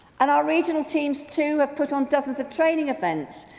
and our regional teams too have put on dozens of training events.